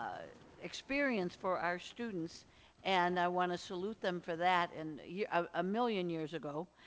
experience for our students and i wanna salute them for that. and yeah um a million years ago,